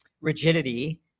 rigidity